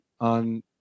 on